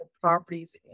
properties